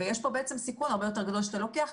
ויש פה בעצם סיכון הרבה יותר גדול שאתה לוקח,